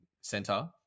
center